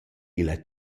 illa